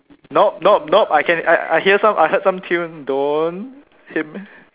no no no I can I hear some I heard some tune don't hymn